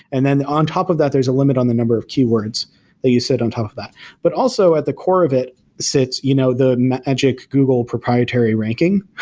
and then on top of that, there's a limit on the number of keywords that you sit on top of that but also at the core of it sits you know the magic google proprietary ranking,